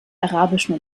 arabischen